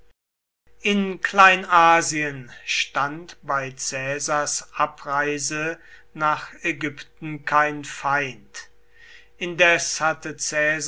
in kleinasien stand bei caesars abreise nach ägypten kein feind indes hatte